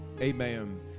amen